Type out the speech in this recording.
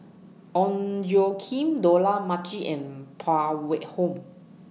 Ong Tjoe Kim Dollah Majid and Phan Wait Hong